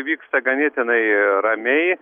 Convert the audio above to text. vyksta ganėtinai ramiai